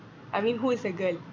I mean who is the girl